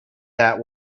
that